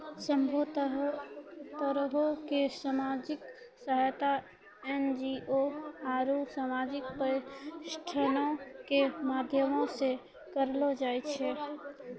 सभ्भे तरहो के समाजिक सहायता एन.जी.ओ आरु समाजिक प्रतिष्ठानो के माध्यमो से करलो जाय छै